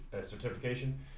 Certification